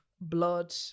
blood